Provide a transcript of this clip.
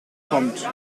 kommt